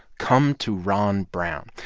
come to ron brown.